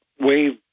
wave